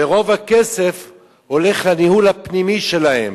ורוב הכסף הולך לניהול הפנימי שלהם,